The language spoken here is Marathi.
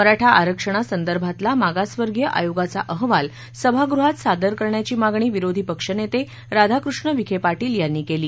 मराठा आरक्षणासंदर्भातला मागासवर्गीय आयोगाचा अहवाल सभागृहात सादर करण्याची मागणी विरोधी पक्षनेते राधाकृष्ण विखे पाटील यांनी केली